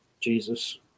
Jesus